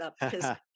up